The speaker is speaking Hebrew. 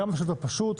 כמה שיותר פשוט,